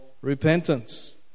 repentance